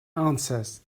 answers